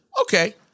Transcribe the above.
Okay